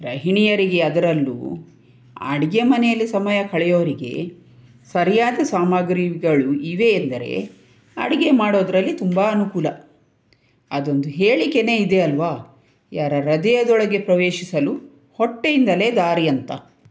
ಗೃಹಿಣಿಯರಿಗೆ ಅದರಲ್ಲೂ ಅಡಿಗೆ ಮನೆಯಲ್ಲಿ ಸಮಯ ಕಳೆಯೋರಿಗೆ ಸರಿಯಾದ ಸಾಮಗ್ರಿಗಳು ಇವೆ ಎಂದರೆ ಅಡಿಗೆ ಮಾಡೋದ್ರಲ್ಲಿ ತುಂಬ ಅನುಕೂಲ ಅದೊಂದು ಹೇಳಿಕೆಯೇ ಇದೆ ಅಲ್ವಾ ಯಾರ ಹೃದಯದೊಳಗೆ ಪ್ರವೇಶಿಸಲು ಹೊಟ್ಟೆಯಿಂದಲೇ ದಾರಿ ಅಂತ